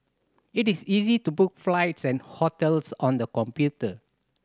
it is easy to book flights and hotels on the computer